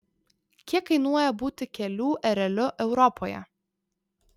kiek kainuoja būti kelių ereliu europoje